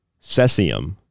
cesium